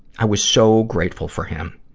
i was so grateful for him.